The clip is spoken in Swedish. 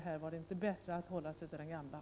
Var det inte bättre med den gamla metoden?